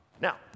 Now